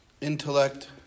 intellect